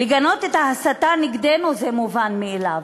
לגנות את ההסתה נגדנו, זה מובן מאליו.